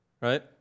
right